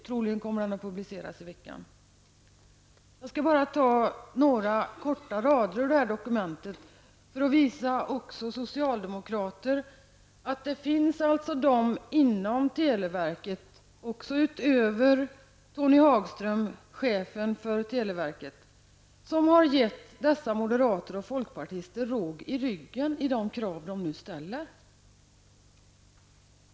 Troligen kommer den att publiceras i veckan. Jag skall bara ta några korta rader ur det här dokumentet för att visa också socialdemokrater att det finns de inom televerket utöver Tony Hagström, chefen för televerket, som har gett moderater och folkpartister råg i ryggen i de krav de nu ställer.